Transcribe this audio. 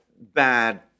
bad